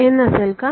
हे n असेल का